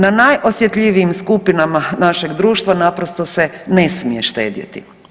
Na najosjetljivijim skupinama našeg društva naprosto se ne smije štedjeti.